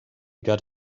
got